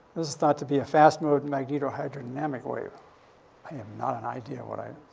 this is thought to be a fast-mode and magnetohydrodynamic wave. i have not an idea what i.